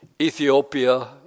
Ethiopia